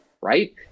Right